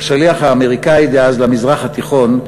השליח האמריקני דאז למזרח התיכון,